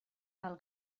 del